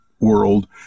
world